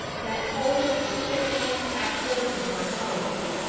that tolls the sick man's passport in her hollow beak,